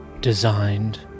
designed